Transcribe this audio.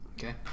Okay